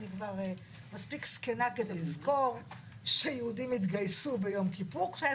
אני כבר מספיק זקנה כדי לזכור שיהודים התגייסו ביום כיפור כשהיה